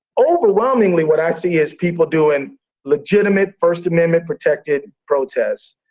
overwhelmingly, what i see is people doing legitimate, first-amendment-protected protests.